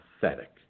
pathetic